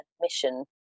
mission